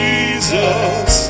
Jesus